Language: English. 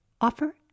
offer